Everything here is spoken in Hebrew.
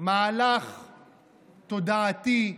מהלך תודעתי,